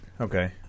Okay